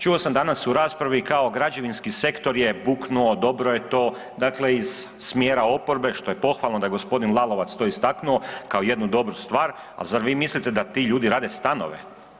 Čuo sam danas u raspravi, kao građevinski sektor je buknuo, dobro je to, dakle iz smjera oporbe, što je pohvalo da je g. Lalovac to istaknuo kao jednu dobru stvar, ali zar vi mislite da ti ljudi rade stanove?